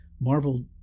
Marvel